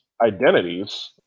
identities